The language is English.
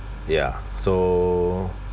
ya so